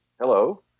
hello